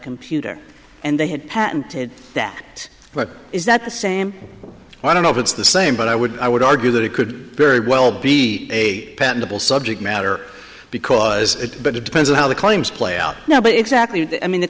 computer and they had patented that but is that the same i don't know if it's the same but i would i would argue that it could very well be a patentable subject matter because it but it depends on how the claims play out now but exactly i mean the